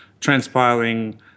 transpiling